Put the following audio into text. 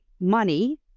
money